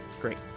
Great